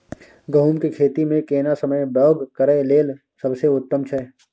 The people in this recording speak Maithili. गहूम के खेती मे केना समय बौग करय लेल सबसे उत्तम छै?